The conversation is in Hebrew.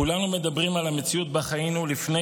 כולנו מדברים על המציאות שחיינו בה לפני